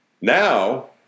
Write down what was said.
Now